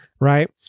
Right